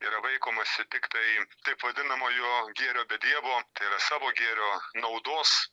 yra vaikomasi tiktai taip vadinamojo gėrio be dievo tai yra savo gėrio naudos